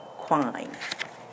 Quine